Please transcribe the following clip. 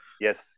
yes